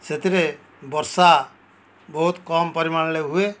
ସେଥିରେ ବର୍ଷା ବହୁତ କମ୍ ପରିମାଣରେ ହୁଏ